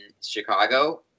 Chicago